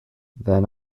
then